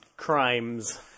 Crimes